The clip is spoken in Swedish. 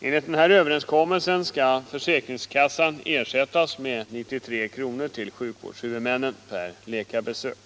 Enligt denna överenskommelse skall försäkringskassan ersätta sjukvårdshuvudmännen med 93 kr. per läkarbesök.